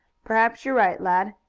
perhaps you're right, lad.